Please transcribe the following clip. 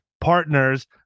Partners